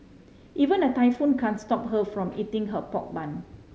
even a typhoon can't stop her from eating her pork bun